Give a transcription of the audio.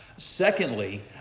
Secondly